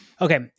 Okay